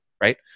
Right